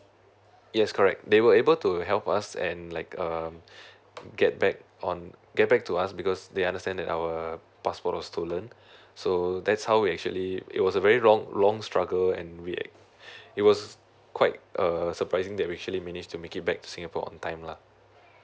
yes correct they were able to help us and like um get back on get back to us because they understand that our uh passport was stolen so that's how we actually it was a very long long struggle and it was quite err surprising that we actually managed to make it back to singapore on time lah